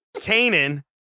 Canaan